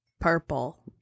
purple